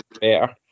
better